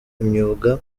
imyuga